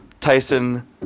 Tyson